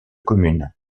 communes